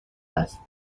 است